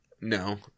No